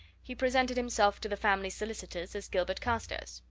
he presented himself to the family solicitors as gilbert carstairs.